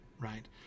right